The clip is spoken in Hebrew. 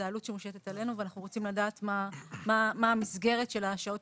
זאת עלות שמושתת עליהם והם רוצים לדעת מה המסגרת של השעות